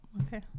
okay